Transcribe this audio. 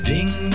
Ding